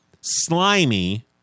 slimy